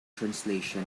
translation